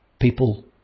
People